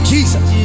Jesus